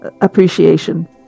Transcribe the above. appreciation